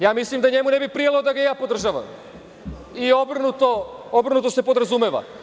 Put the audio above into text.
Ja mislim da njemu ne bi prijalo da ga ja podržavam i obrnuto se podrazumeva.